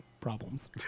problems